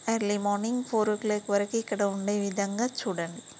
early morning four o'clock వరకు ఇక్కడ ఉండే విధంగా చూడండి